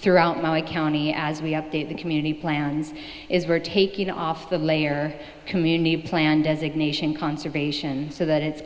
throughout my county as we update the community plans is we're taking off the layer community plan designation conservation so that it's